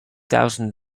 thousand